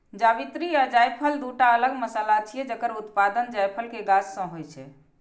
जावित्री आ जायफल, दूटा अलग मसाला छियै, जकर उत्पादन जायफल के गाछ सं होइ छै